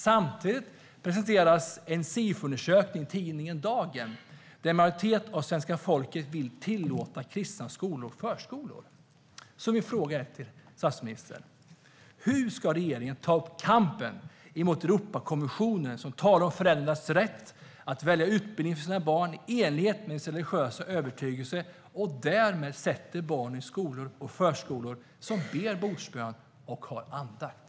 Samtidigt presenteras en Sifoundersökning i tidningen Dagen. Enligt den vill en majoritet av svenska folket tillåta kristna skolor och förskolor. Min fråga till statsministern är därför: Hur ska regeringen ta upp kampen mot Europakonventionen, som talar om föräldrars rätt att välja utbildning för sina barn i enlighet med sin religiösa övertygelse och därmed sätta barnen i skolor och förskolor där man ber bordsbön och har andakt?